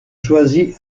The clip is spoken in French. choisi